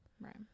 Right